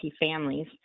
families